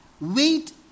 Wait